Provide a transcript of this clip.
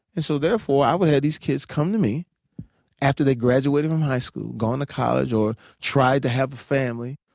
and so therefore, i would have these kids come to me after they graduated from high school, gone to college or tried to have a family,